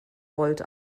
volt